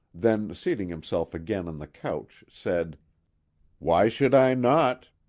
then seating himself again on the couch, said why should i not?